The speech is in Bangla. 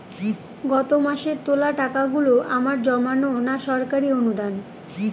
গত মাসের তোলা টাকাগুলো আমার জমানো না সরকারি অনুদান?